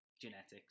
genetics